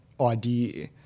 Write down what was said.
idea